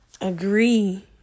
agree